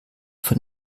von